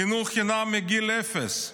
חינוך חינם מגיל אפס.